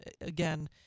again